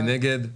מי נגד?